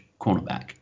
cornerback